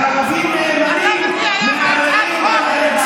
וערבים נאמנים מערערים על,